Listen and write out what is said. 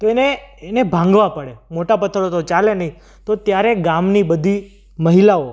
તો એને ભાંગવા પડે મોટા પથ્થરો તો ચાલે નહીં તો ત્યારે ગામની બધી મહિલાઓ